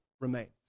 remains